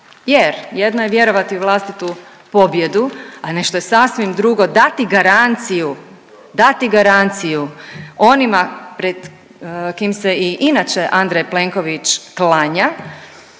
jer jedno je vjerovati u vlastitu pobjedu, a nešto je sasvim drugo dati garanciju, dati garanciju onima pred kim se i inače Andrej Plenković klanja